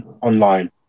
online